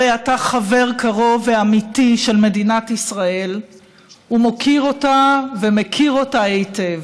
הרי אתה חבר קרוב ואמיתי של מדינת ישראל ומוקיר אותה ומכיר אותה היטב: